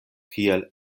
kiel